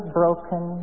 broken